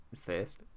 first